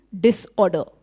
disorder